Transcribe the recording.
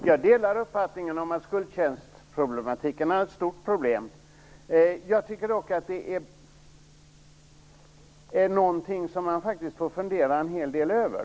Herr talman! Jag delar uppfattningen att skuldtjänsten är ett stort problem. Jag tycker dock att det är någonting som man faktiskt får fundera en hel del över.